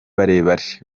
barebare